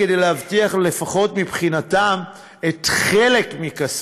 כדי להבטיח, לפחות מבחינתם, חלק מכספם.